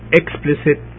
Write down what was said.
explicit